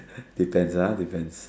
depends lah depends